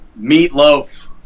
Meatloaf